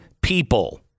people